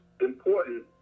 important